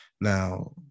now